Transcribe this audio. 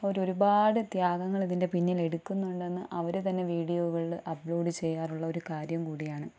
അവർ ഒരു പാട് ത്യാഗങ്ങൾ ഇതിൻ്റെ പിന്നിൽ എടുക്കുന്നുണ്ടെന്ന് അവർ തന്നെ വീഡിയോകളിൽ അപ്ലോഡ് ചെയ്യാറുള്ള ഒരു കാര്യം കൂടിയാണ്